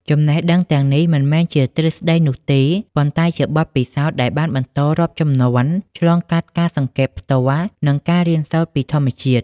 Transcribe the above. ចំណេះដឹងទាំងនេះមិនមែនជាទ្រឹស្តីនោះទេ ប៉ុន្តែជាបទពិសោធន៍ដែលបានបន្តរាប់ជំនាន់ ឆ្លងកាត់ការសង្កេតផ្ទាល់ និងការរៀនសូត្រពីធម្មជាតិ។